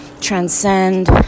transcend